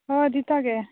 हय दिता गे